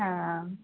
आम्